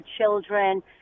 children